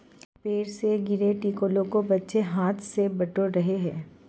पेड़ से गिरे टिकोलों को बच्चे हाथ से बटोर रहे हैं